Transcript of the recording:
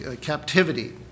captivity